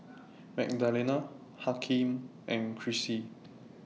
Magdalena Hakeem and Chrissie